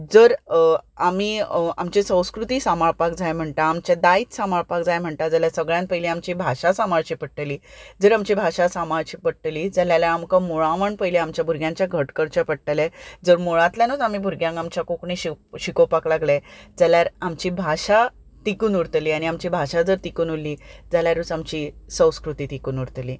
जर आमी आमचे संस्कृती सांबाळपाक जाय म्हणटात आमचें दायज सांबाळपाक जाय म्हणटा आमची सगळ्यांत पयलीं आमची भाशा सांबाळची पडटली जर आमची भाशा सांबाळची पडटली जालें जाल्यार आमकां मुळावण पयलीं भुरग्यांचें घट्ट करचें पडटलें जर मुळांतल्यानूच आमी भुरग्यांक आमच्या कोंकणी शिकोवपाक लागले जाल्यार आमची भाशा टिकून उरतली आनी आमची भाशा जर टिकून उरली जाल्यारूच आमची संस्कृती टिकून उरतली